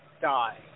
die